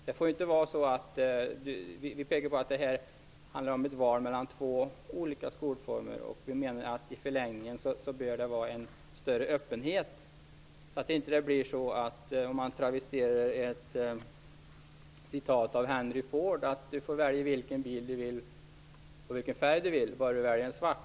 Det får inte vara så att det handlar om ett val mellan två olika skolformer. Vi menar att det i förlängningen bör vara en större öppenhet. Det får inte bli som med Fordbilarna, där man fick välja vilken färg man ville bara man valde svart, enligt ett citat av Henry Ford.